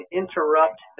interrupt